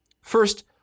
First